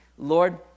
Lord